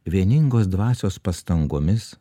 vieningos dvasios pastangomis